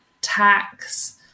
tax